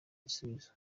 igisubizo